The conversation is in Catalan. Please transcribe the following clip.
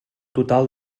total